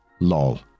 Lol